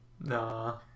Nah